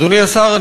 אדוני השר,